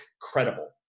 credible